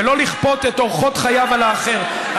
ולא לכפות את אורחות חייו על האחר.